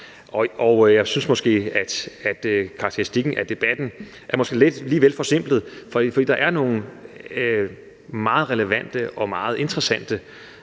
Jeg synes måske, at karakteristikken af debatten er lige vel forsimplet, for der er nogle meget relevante og meget interessante